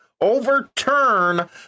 overturn